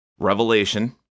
Revelation